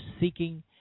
Seeking